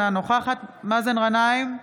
אינה נוכחת מאזן גנאים,